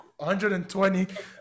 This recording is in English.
120